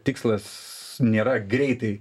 tikslas nėra greitai